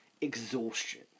exhaustion